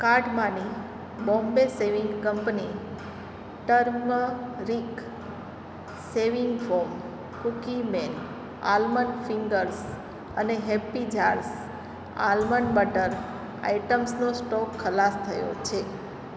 કાર્ટમાંની Bombay Shaving Company turmeric shaving foam Cookieman almond fingers અને Happy Jars almond butter આઇટમ્સનો stock ખલાસ થયો છે